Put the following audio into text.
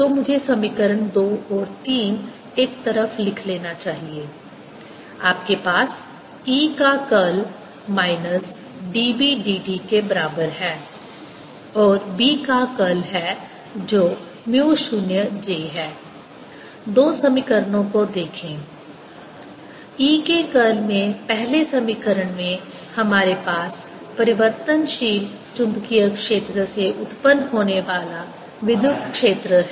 तो मुझे समीकरण दो और तीन एक तरफ लिख लेना चाहिए आपके पास E का curl minus d B dt के बराबर है और B का कर्ल है जो म्यू 0 j है दो समीकरणों को देखें E के कर्ल में पहले समीकरण में हमारे पास परिवर्तनशील चुंबकीय क्षेत्र से उत्पन्न होने वाला विद्युत क्षेत्र है